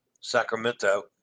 Sacramento